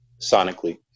sonically